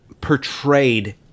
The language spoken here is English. portrayed